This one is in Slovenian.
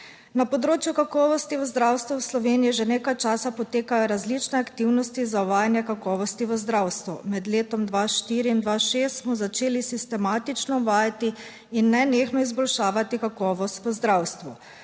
na področju kakovosti v zdravstvu v Sloveniji že nekaj časa potekajo različne aktivnosti za uvajanje kakovosti v zdravstvu. Med letom 2004 in dva šest smo začeli sistematično uvajati in nenehno izboljševati kakovost v zdravstvu.